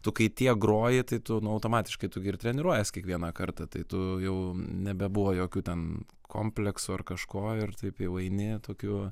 tu kai tiek groji tai tu nu automatiškai tu gi ir treniruojas kiekvieną kartą tai tu jau nebebuvo jokių ten kompleksų ar kažko ir taip jau eini tokiu